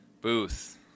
Booth